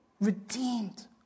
redeemed